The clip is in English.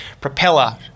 propeller